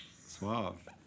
suave